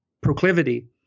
proclivity